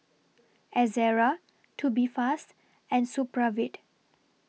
Ezerra Tubifast and Supravit